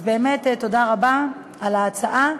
אז באמת תודה רבה על ההצעה,